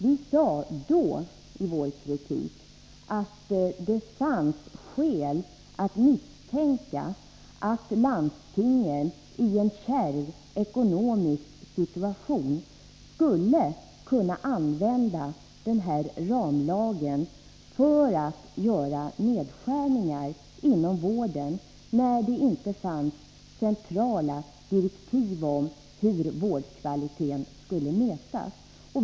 Vi sade i vår kritik då att det fanns skäl att misstänka att landstingen i en kärv ekonomisk situation skulle kunna använda denna ramlag för att göra nedskärningar inom vården, när det inte fanns centrala direktiv om hur vårdkvaliteten skulle mätas.